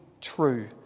true